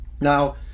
Now